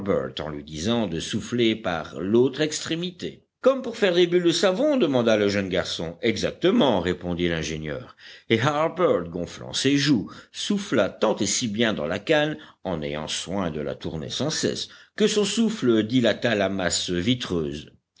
en lui disant de souffler par l'autre extrémité comme pour faire des bulles de savon demanda le jeune garçon exactement répondit l'ingénieur et harbert gonflant ses joues souffla tant et si bien dans la canne en ayant soin de la tourner sans cesse que son souffle dilata la masse vitreuse